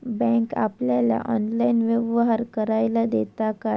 Bank आपल्याला online व्यवहार करायला देता काय?